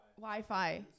Wi-Fi